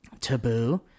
Taboo